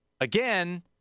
Again